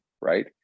right